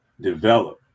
develop